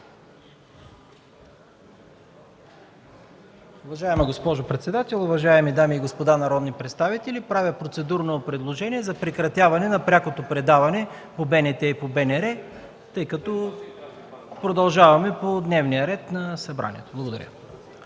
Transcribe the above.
Уважаема госпожо председател, уважаеми дами и господа народни представители, правя процедурно предложение за прекратяване на прякото предаване по БНТ и по БНР, тъй като продължаваме по дневния ред. Благодаря.